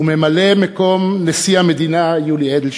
וממלא-מקום נשיא המדינה יולי אדלשטיין,